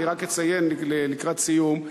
אני רק אציין לקראת סיום,